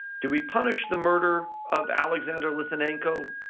do we punish the murder of alexander litvinenko?